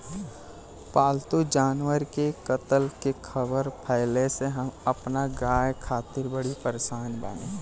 पाल्तु जानवर के कत्ल के ख़बर फैले से हम अपना गाय खातिर बड़ी परेशान बानी